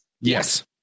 Yes